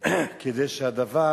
כדי שהדבר